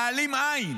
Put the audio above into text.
להעלים עין.